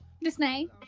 Disney